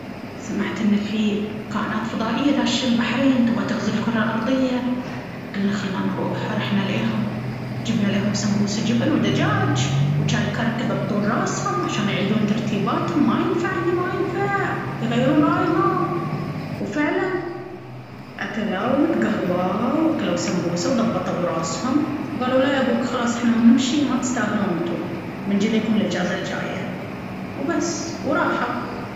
سمعت ان فيه كائنات فضائية داشة البحرين تبغى تغزي الكرة الأرضية!! قلنا خلنا نروح... رحنا ليهم... جبنا ليهم سمبوسة جبن ودجاج وجاي كرك يضبطون راسهم عشان يعيدون ترتيباتهم ما ينفع اهني ما ينفع بيغيرون رايهم!! وفعلاً أكلوا واتقهووا وأكلوا سمبوسة وضبطوا راسهم وقالوا لا يبوك خلاص إحنا بنمشي ما تستاهلون إنتون... بنجي ليكم الإجازة الجاية!! وبس وراحوا!